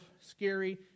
scary